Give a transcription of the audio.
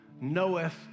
knoweth